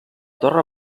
torre